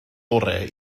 orau